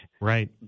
Right